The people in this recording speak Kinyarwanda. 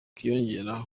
kiyongera